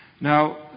Now